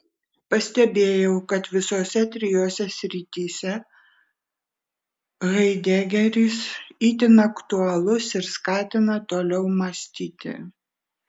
pastebėjau kad visose trijose srityse haidegeris itin aktualus ir skatina toliau mąstyti